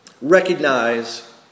recognize